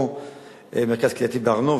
מרכז קהילתי בהר-נוף,